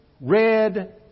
red